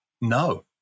no